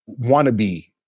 wannabe